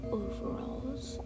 overalls